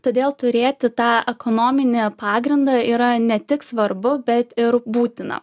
todėl turėti tą ekonominį pagrindą yra ne tik svarbu bet ir būtina